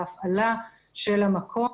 בהפעלה של המקום,